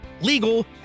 legal